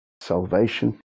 salvation